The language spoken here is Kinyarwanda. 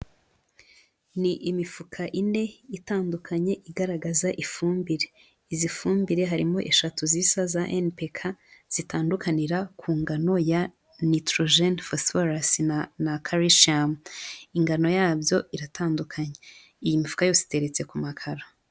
Ni imifuka ine itandukanye igaragaza ifumbire, izi fumbire harimo eshatu zisa za NPK, zitandukanira ku ngano ya nitorojeni fosiforasi na carisiyumu, ingano yabyo iratandukanye, iyi mifuka yose iteretse ku makaro.